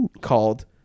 called